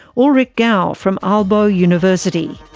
ulrik gad from aalborg university.